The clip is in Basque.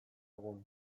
egun